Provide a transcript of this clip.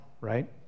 right